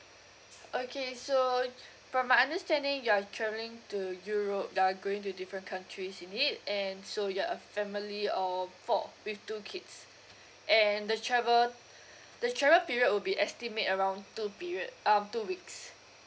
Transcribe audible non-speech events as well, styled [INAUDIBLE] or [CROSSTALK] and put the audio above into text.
okay so [NOISE] from my understanding you are travelling to europe you are going to different countries in it and so you're a family of four with two kids and the travel the travel period will be estimate around two period um two weeks